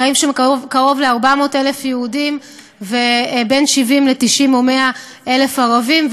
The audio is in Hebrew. חיים שם קרוב ל-400,000 יהודים ובין 70,000 ל-90,000 או 100,000 ערבים,